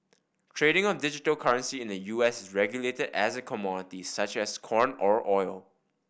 trading of digital currency in the U S is regulated as a commodity such as corn or oil